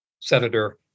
Senator